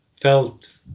felt